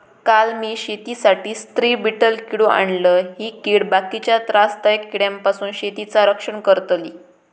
काल मी शेतीसाठी स्त्री बीटल किडो आणलय, ही कीड बाकीच्या त्रासदायक किड्यांपासून शेतीचा रक्षण करतली